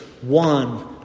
one